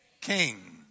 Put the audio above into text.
king